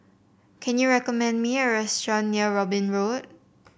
can you recommend me a restaurant near Robin Road